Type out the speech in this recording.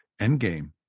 Endgame